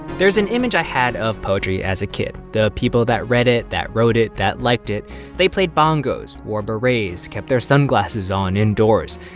there's an image i had of poetry as a kid. the people that read it, that wrote it, that liked it they played bongos, wore berets, kept their sunglasses on indoors.